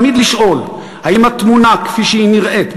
תמיד לשאול אם התמונה כפי שהיא נראית,